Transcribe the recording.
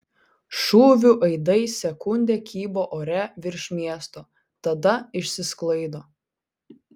šūvių aidai sekundę kybo ore virš miesto tada išsisklaido